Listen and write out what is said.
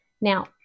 Now